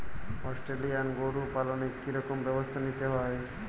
Australian গরু পালনে কি রকম ব্যবস্থা নিতে হয়?